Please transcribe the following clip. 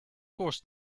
course